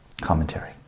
commentary